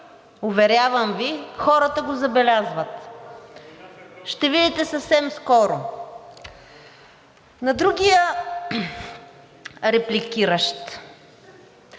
уверявам Ви, хората го забелязват. Ще видите съвсем скоро. На другия репликиращ.